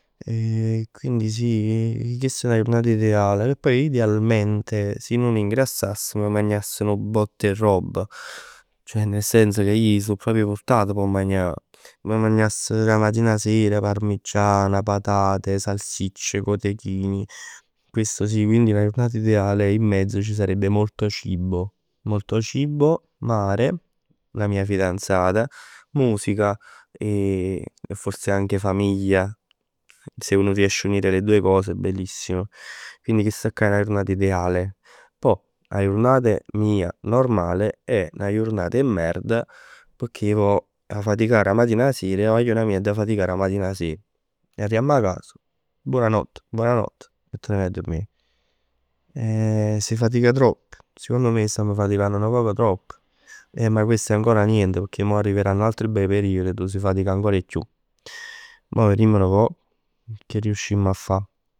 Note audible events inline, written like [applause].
E quindi sì chest è 'na jurnat ideale. Che poi idealmente si nun ingrassass m' magnass nu bott 'e roba. Ceh nel senso che ij so proprio purtat p' 'o magnà. M' magnass d' 'a matin 'a sera parmigiana, patan, salsicce, cotechini. Questo sì. Quindi 'a jurnat ideale in mezzo ci sarebbe molto cibo. Molto cibo, mare, la mia fidanzata, musica e forse anche famiglia. Se uno riesce ad unire le due cose bellissimo. Quindi chesta'ccà è 'a jurnat ideale. Pò 'a jurnata mia normale è 'na jurnat 'e merd pecchè poj 'a faticà d' 'a matin 'a ser e 'a guagliona mij adda faticà d' 'a matin 'a ser. Arrivamm 'a cas. Buonanott, buonanott e te ne vaje a durmì. [hesitation] E si fatica tropp. Secondo me stamm faticann nu poc tropp e ma questo è ancora niente pecchè mo arriveranno altri bei periodi addo si fatic ancor 'e chiù. Mo verimm nu poc che riuscimm a fa.